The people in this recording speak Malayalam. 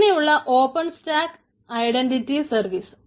പിന്നെയുള്ളത് ഓപ്പൺ സ്റ്റാക്ക് ഐഡൻറിറ്റി സർവീസ്